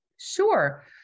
Sure